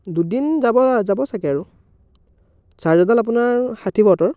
দুদিন যাব যাব চাগে আৰু চাৰ্জাৰডাল আপোনাৰ ষাঠি ৱাটৰ